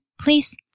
please